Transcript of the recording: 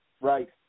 Right